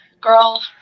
Girl